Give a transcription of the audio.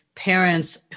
Parents